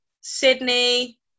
Sydney